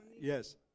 Yes